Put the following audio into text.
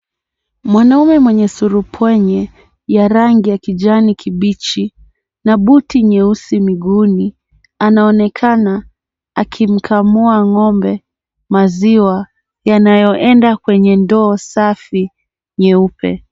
Mwanaume mwenye surupwenye ya rangi ya kijanikibichi na buti nyeusi mguuni anaonekana akimkamua ng'ombe maziwa yanayoenda kwenye ndoo safi nyeupe.